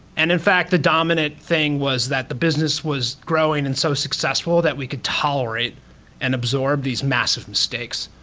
and in fact, the dominated thing was that the business was growing and so successful that we could tolerate and absorb these massive mistakes.